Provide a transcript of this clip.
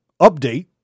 update